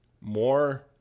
more